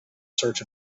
search